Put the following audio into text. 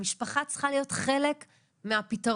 המשפחה צריכה להיות חלק מהפתרון,